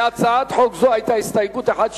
להצעת החוק הזו היתה הסתייגות אחת,